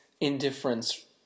indifference